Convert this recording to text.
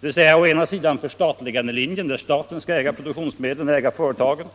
Den första är förstatligandelinjen, där staten skall äga produktionsmedlen och företagen.